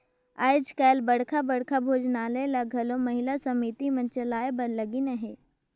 आएज काएल बड़खा बड़खा भोजनालय ल घलो महिला समिति मन चलाए बर लगिन अहें